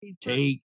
take